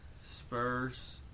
Spurs